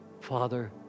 Father